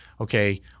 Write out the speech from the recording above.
okay